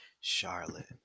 Charlotte